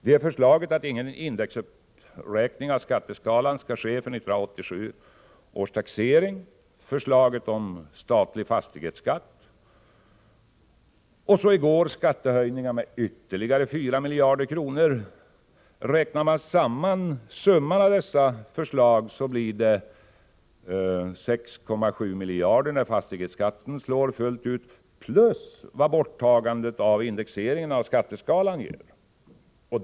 Det är förslaget att ingen indexuppräkning av skatteskalan skall ske för 1987 års taxering och förslaget om statlig fastighetsskatt. Och i går föreslogs skattehöjningar med ytterligare 4 miljarder. Räknar man ihop dessa förslag, blir summan 6,7 miljarder när fastighetsskatten slår fullt ut, plus vad borttagandet av indexeringen av skatteskalan ger.